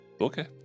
Okay